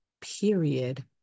period